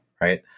right